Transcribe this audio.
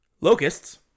Locusts